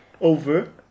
over